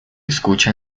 escucha